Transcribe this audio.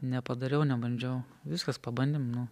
nepadariau nebandžiau viskas pabandėm nu